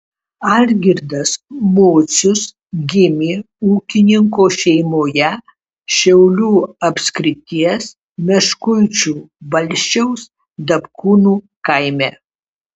algirdas mocius gimė ūkininko šeimoje šiaulių apskrities meškuičių valsčiaus dapkūnų kaime